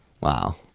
Wow